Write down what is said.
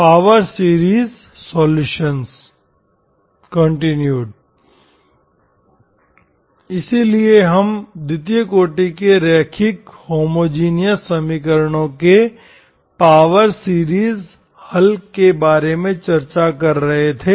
power series solutions इसलिए हम द्वितीय कोटि के रैखिक होमोजिनियस समीकरणों के पावर सीरीज हल के बारे में चर्चा कर रहे थे